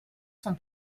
sont